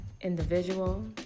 individual